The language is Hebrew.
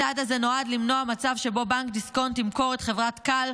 הצעד הזה נועד למנוע מצב שבו בנק דיסקונט ימכור את חברת כאל,